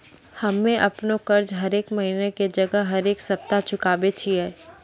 हम्मे अपनो कर्जा हरेक महिना के जगह हरेक सप्ताह चुकाबै छियै